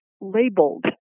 labeled